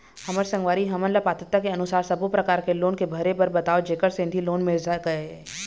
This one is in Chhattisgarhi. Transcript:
हमर संगवारी हमन ला पात्रता के अनुसार सब्बो प्रकार के लोन के भरे बर बताव जेकर सेंथी लोन मिल सकाए?